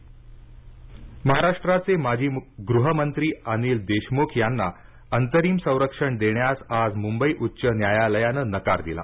अनिल देशम्ख महाराष्ट्राचे माजी गृहमंत्री अनिल देशमुख यांना अंतरिम संरक्षण देण्यास आज मुंबई उच्च न्यायालयानं नकार दिला